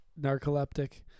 Narcoleptic